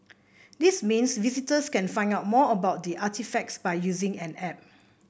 this means visitors can find out more about the artefacts by using an app